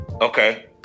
Okay